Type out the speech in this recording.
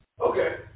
Okay